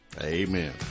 Amen